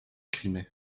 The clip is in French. crimée